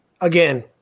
again